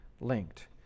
linked